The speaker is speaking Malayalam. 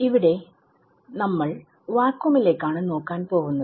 ഇവിടെ നമ്മൾ വാക്വമിലേക്കാണ് നോക്കാൻ പോവുന്നത്